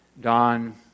don